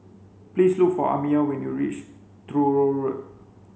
please look for Amiyah when you reach Truro Road